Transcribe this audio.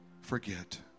forget